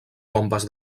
tombes